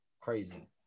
Crazy